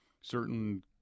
certain